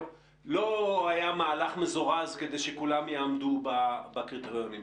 הקודם לא נעשה מהלך מזורז כדי שכולם יעמדו בקריטריונים.